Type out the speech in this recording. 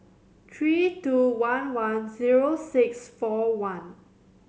three two one one zero six four one